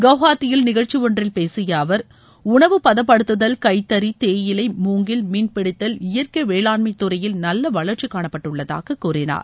குவஹாத்தியில் நிகழ்ச்சி ஒன்றில் பேசிய அவர் உணவு பதப்படுத்துதல் கைத்தறி தேயிலை மூங்கில் மீன் பிடித்தல் இயற்கை வேளாண்மைத்துறையில் நல்ல வளர்ச்சி காணப்பட்டுள்ளதாகக் கூறினார்